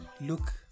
look